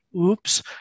oops